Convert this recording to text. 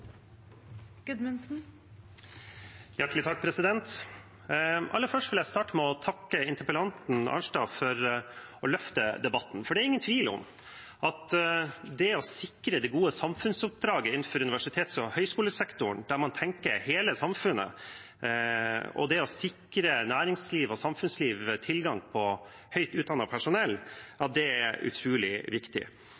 Aller først vil jeg takke interpellanten Arnstad for at hun løfter fram debatten. Det er ingen tvil om at det å sikre det gode samfunnsoppdraget innenfor universitets- og høyskolesektoren – å tenke på hele samfunnet og det å sikre næringsliv og samfunnsliv tilgang på høyt utdannet personell